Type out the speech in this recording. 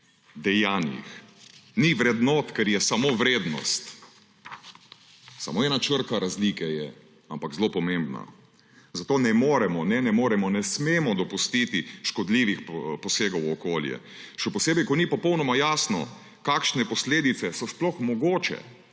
dejanjih. Ni vrednot, ker je samo vrednost; samo ena črka razlike je, ampak zelo pomembna! Zato ne moremo, ne ne moremo, ne smemo dopustiti škodljivih posegov v okolje, še posebej, ko ni popolnoma jasno, kakšne posledice so sploh mogoče.